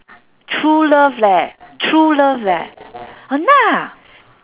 true love leh true love leh !hanna!